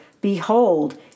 behold